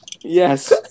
Yes